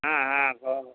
ஆ ஆ போதும்